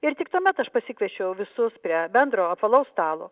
ir tik tuomet aš pasikviečiau visus prie bendro apvalaus stalo